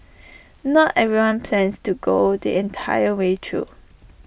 not everyone plans to go the entire way though